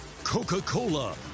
coca-cola